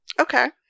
Okay